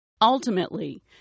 Ultimately